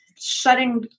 shutting